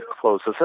closes